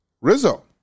Rizzo